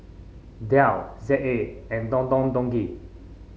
Dell Z A and Don Don Donki